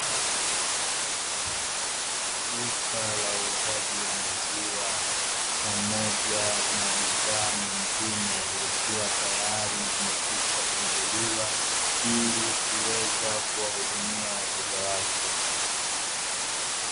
Duka la uuzaji wa maziwa pamoja na bidhaa nyingine ikiwa tayari imekwishafunguliwa ili kuweza kuwahudumia wateja wake.